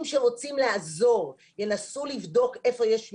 שרוצים לעזור ינסו לבדוק איפה יש מלחמות,